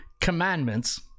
commandments